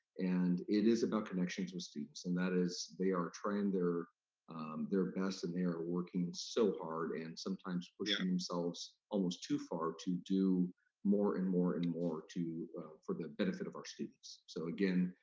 and it is about connections with students, and that is, they are trying their their best and they are working so hard, and sometimes pushing themselves almost too far to do more, and more, and more, for the benefit of our students. so again,